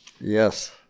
Yes